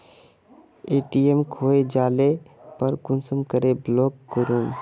ATM खोये जाले पर कुंसम करे ब्लॉक करूम?